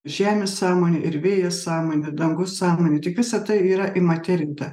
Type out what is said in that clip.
žemė sąmonė ir vėjas sąmonė dangus sąmonė tik visa tai yra įmaterinta